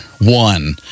one